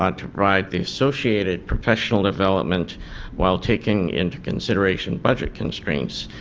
um to provide the associated professional development while taking into consideration budget constraints.